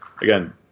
again